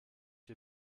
wie